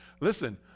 Listen